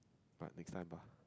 but next time bah